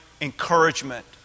encouragement